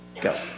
Go